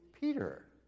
Peter